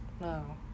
no